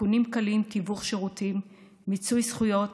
תיקונים קלים, תיווך שירותים, מיצוי זכויות,